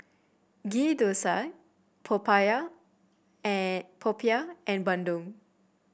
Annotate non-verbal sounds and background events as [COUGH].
Ghee Thosai [UNINTELLIGIBLE] and Popiah and Bandung